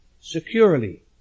securely